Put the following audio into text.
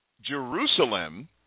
Jerusalem